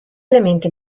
elementi